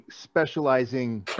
specializing